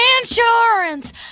insurance